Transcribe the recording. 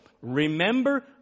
remember